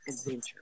adventure